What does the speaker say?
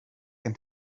and